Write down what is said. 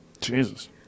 Jesus